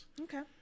Okay